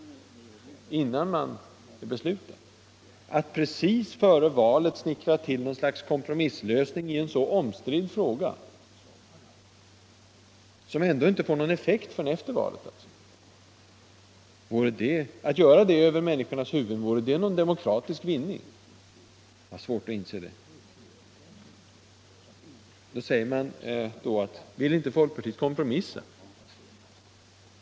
Vore det någon demokratisk vinning med att, över människornas huvuden, kort före valet snickra till något slags kompromisslösning i en så omstridd fråga, en lösning som ändå får effekt först efter valet? Jag har svårt att inse det. Man frågar: Vill inte folkpartiet kompromissa?